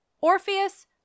Orpheus